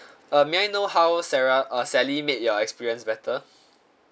uh may I know how sarah uh sally made your experience better